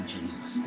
Jesus